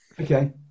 Okay